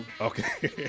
okay